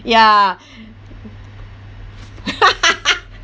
ya